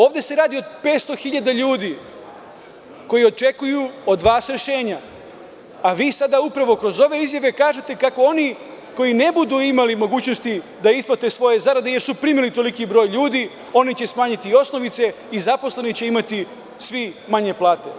Ovde se radi o 500.000 ljudi koji očekuju od vas rešenja, a vi upravo kroz ove izjave kažete kako oni koji ne budu imali mogućnosti da isplate svoje zarade, jer su primili toliki broj ljudi, oni će smanjiti osnovice i zaposleni će imati manje plate.